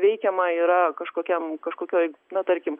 veikiama yra kažkokiam kažkokioj na tarkim